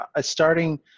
Starting